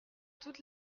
toute